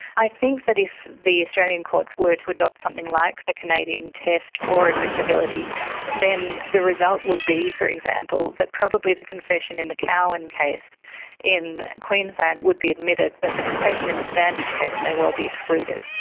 i think that if the australian courts were to adopt something like the canadian test for admissibility then the result would be, for example, that probably the confession in the cowan case in queensland would be admitted but the confession in the standage case may well be excluded.